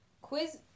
Quiz